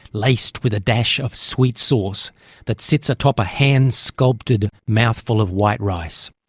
laced with a dash of sweet sauce that sits atop a hand-sculpted mouthful of white rice.